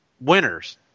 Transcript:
winners